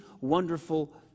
wonderful